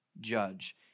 judge